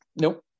Nope